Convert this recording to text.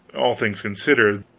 all things considered,